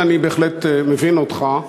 ואני בהחלט מבין אותך,